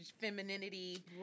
femininity